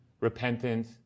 repentance